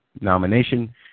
nomination